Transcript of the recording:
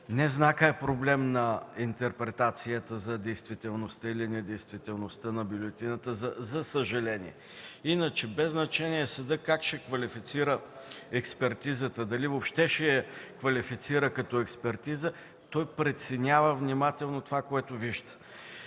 Не знакът е проблем на интерпретацията за действителността или недействителността на бюлетината, за съжаление. Иначе е без значение съдът как ще квалифицира експертизата, дали въобще ще я квалифицира като експертиза. Той преценява внимателно това, което вижда.